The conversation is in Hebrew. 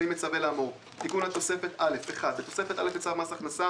אני מצווה לאמור: תיקון תוספת א' 1. בתוספת א׳ לצו מס הכנסה